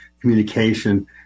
communication